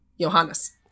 Johannes